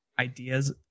ideas